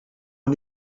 een